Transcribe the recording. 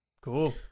cool